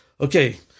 Okay